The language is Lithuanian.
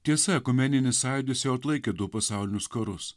tiesa ekumeninis sąjūdis jau atlaikė du pasaulinius karus